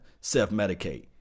self-medicate